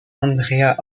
andrea